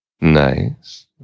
Nice